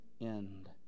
end